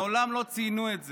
מעולם לא ציינו את זה,